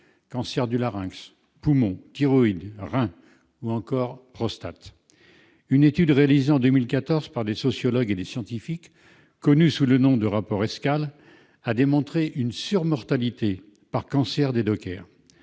cancers du larynx, du poumon, de la thyroïde, du rein ou encore de la prostate. Une étude réalisée en 2014 par des sociologues et des scientifiques, connue sous le nom de rapport ESCALES, a démontré une surmortalité par cancers des dockers.